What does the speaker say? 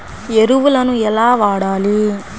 ఎరువులను ఎలా వాడాలి?